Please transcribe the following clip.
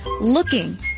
Looking